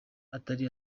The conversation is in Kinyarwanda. atari